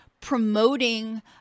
promoting